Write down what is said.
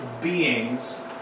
beings